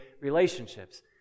relationships